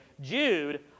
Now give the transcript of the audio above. Jude